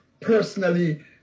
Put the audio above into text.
personally